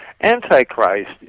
Antichrist